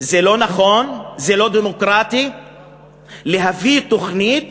שזה לא נכון, זה לא דמוקרטי להביא תוכנית